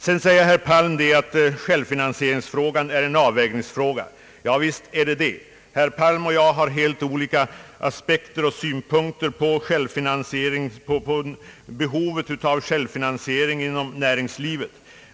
Sedan säger herr Palm att självfinansieringsfrågan är en avvägningsfråga. Ja visst är det det. Herr Palm och jag har helt olika synpunkter på behovet av självfinansiering inom näringslivet.